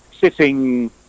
sitting